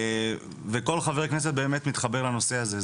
וכל חברי הכנסת מתחברים לנושא הזה.